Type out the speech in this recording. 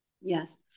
yes